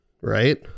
right